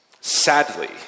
sadly